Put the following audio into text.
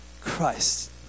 christ